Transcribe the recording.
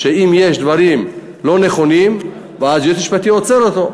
אם יש דברים לא נכונים, היועץ המשפטי עוצר אותם,